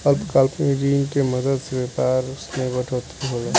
अल्पकालिक ऋण के मदद से व्यापार मे बढ़ोतरी होला